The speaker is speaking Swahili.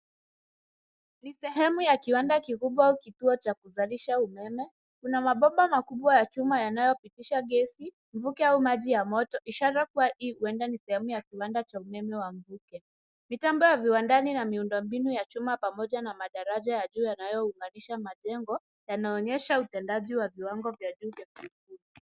Ni sehemu ya kiwanda kikubwa au kituo cha kuzalisha umeme. Kuna mabomba makubwa ya chuma yanayopitisha gesi, mvuke au maji ya moto, ishara kuwa hii huenda ni sehemu ya kiwanda cha umeme wa mvuke. Mitambo ya viwandani na miundombinu ya chuma pamoja na madaraja ya juu yanayounganisha majengo, yanaonyesha utendaji wa viwango vya juu vya kiufundi.